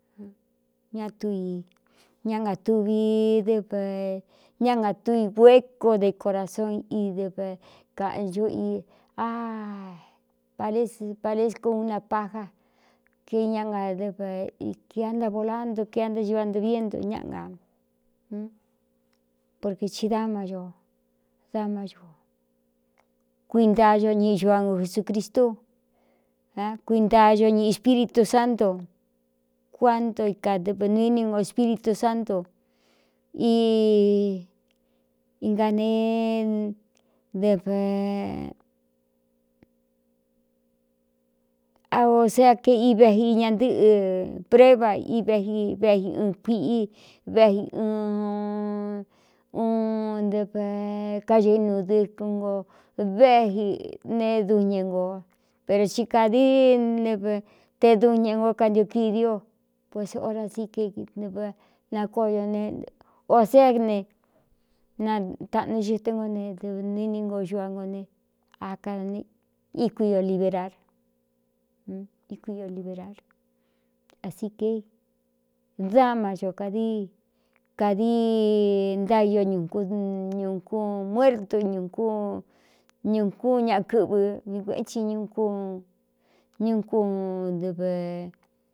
Nátui ñá ngātuvi dɨv ñá ngātui guéeco de corason idɨv kaꞌncu parezco una paja ke ña nadɨvkiantavolá nto kiantáɨva ntɨ̄vié nto ñána porke ti dáma ño dama ño kuinta ño ñi cu a ngo jesūcristú kuinta ño ñiꞌ espíritu sántu cuánto ikadɨv nuíni no espíritu sántu anea ō se é ke i veji ña ntɨ́ꞌɨ prueva ivi véxi ɨɨn kuiꞌí véi ɨ uu ɨv káo inuu dɨkɨn no véi ne duñe ngō pero ti kādiíí ɨv te duñeꞌ ngo kantioquidio puese ora si ke nɨv nakoño ne ō seé ne nataꞌnu xɨtɨn ngo ne dɨ nu ini no xua no ne á kane íku io liberar íku io liberar asī ke dáma ño kādi kadi ntaio ñūkuun muértu ññūꞌ kúun ñaꞌa kɨꞌvɨ vi kuéꞌen tsi ññu kú ɨv.